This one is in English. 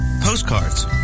postcards